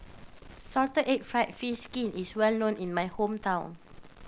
salted egg fried fish skin is well known in my hometown